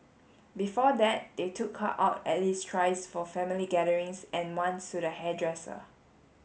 before that they took her out at least thrice for family gatherings and once to the hairdresser